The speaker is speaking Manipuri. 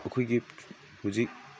ꯑꯩꯈꯣꯏꯒꯤ ꯍꯧꯖꯤꯛ